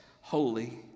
holy